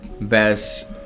best